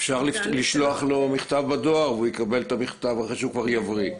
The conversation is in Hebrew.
אפשר לשלוח לו מכתב בדואר שהוא יקבל אותו אחרי שהוא כבר יבריא.